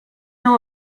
know